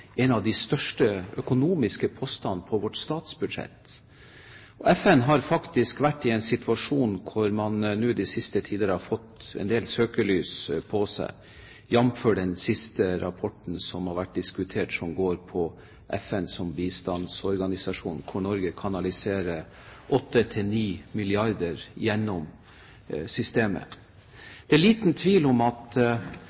en av de største økonomiske postene på vårt statsbudsjett. FN har faktisk vært i en situasjon der man nå i det siste har fått søkelys på seg, jf. den siste rapporten som har vært diskutert, som går på FN som bistandsorganisasjon. Norge kanaliserer 8–9 mrd. kr gjennom